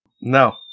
no